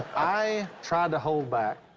i tried to hold back.